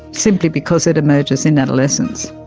simply because it emerges in adolescence.